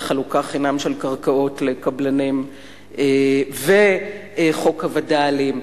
חלוקה חינם של קרקעות לקבלנים וחוק הווד”לים,